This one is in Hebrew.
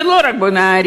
וזה לא רק בנהריה.